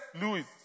Lewis